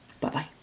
Bye-bye